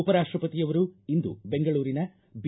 ಉಪರಾಷ್ಟಪತಿಯವರು ಇಂದು ಬೆಂಗಳೂರಿನ ಬಿ